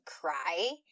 cry